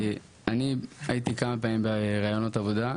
אני הייתי כמה פעמים בראיונות עבודה,